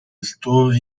restore